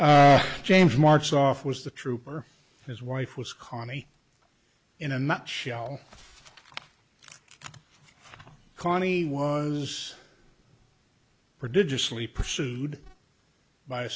james marks off was the trooper his wife was connie in a nutshell connie was prodigious lee pursued by a